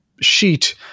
sheet